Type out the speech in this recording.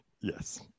Yes